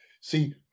See